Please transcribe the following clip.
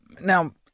Now